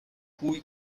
cui